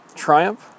Triumph